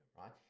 right